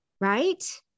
right